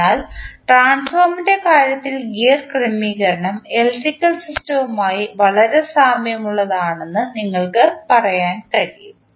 അതിനാൽ ട്രാൻസ്ഫോർമറിൻറെ കാര്യത്തിൽ ഗിയർ ക്രമീകരണം ഇലക്ട്രിക്കൽ സിസ്റ്റവുമായി വളരെ സാമ്യമുള്ളതാണെന്ന് നിങ്ങൾക്ക് പറയാൻ കഴിയും